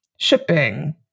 shipping